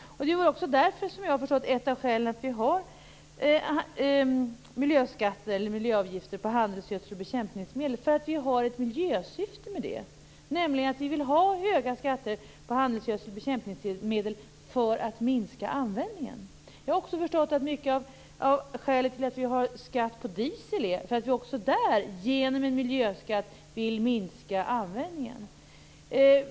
Som jag har förstått det är ett av skälen till att vi har miljöavgifter på handelsgödsel och bekämpningsmedel att vi har ett miljösyfte med det: Vi vill ha höga skatter på handelsgödsel och bekämpningsmedel för att minska användningen. Jag har också förstått att skälet till att vi har skatt på diesel till stor del är att vi genom en miljöskatt vill minska användningen.